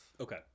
Okay